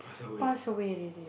passed away already